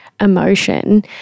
emotion